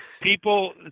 people